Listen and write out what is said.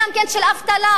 גם של אבטלה.